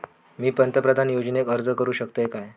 मी पंतप्रधान योजनेक अर्ज करू शकतय काय?